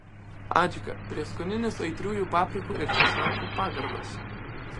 adžika prieskoninis aitriųjų paprikų ir česnakų pagardas